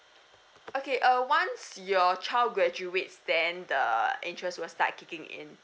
okay uh once your child graduates then the interest will start kicking in